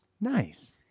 nice